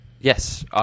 Yes